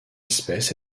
espèce